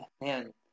man